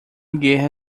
guerra